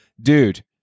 dude